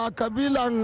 kabila